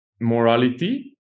morality